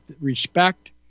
respect